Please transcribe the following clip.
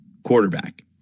Quarterback